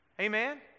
Amen